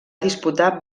disputar